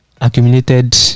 accumulated